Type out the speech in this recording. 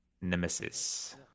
Nemesis